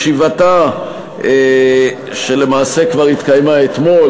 בישיבתה, שלמעשה כבר התקיימה אתמול